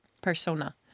persona